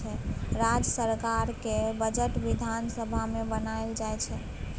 राज्य सरकारक बजट बिधान सभा मे बनाएल जाइ छै